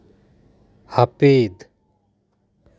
ᱦᱟᱯᱤᱫ